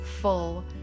full